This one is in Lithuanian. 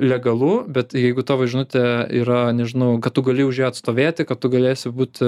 legalu bet jeigu tavo žinutė yra nežinau kad tu gali už ją atstovėti kad tu galėsi būti